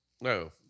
no